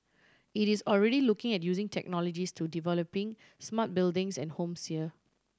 it is already looking at using technologies to developing smart buildings and homes here